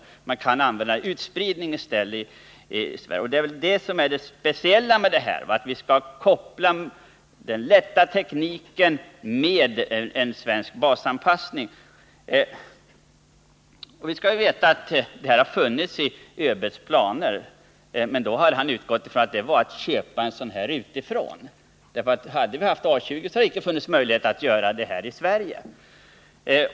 I Sverige kan vi i stället tillämpa utspridningstekniken. Det speciella är väl kopplandet av den lätta tekniken till svenska baser. Vi skall veta att det här har funnits med i ÖB:s planer. varvid han emellertid har utgått ifrån att det gällde att köpa planet utifrån. Hade vi haft A 20, skulle det inte ha funnits några möjligheter att göra det här i Sverige.